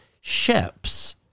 ships